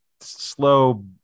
slow